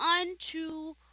unto